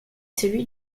celui